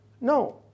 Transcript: No